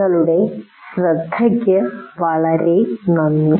നിങ്ങളുടെ ശ്രദ്ധയ്ക്ക് വളരെ നന്ദി